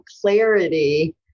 clarity